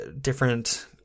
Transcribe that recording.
different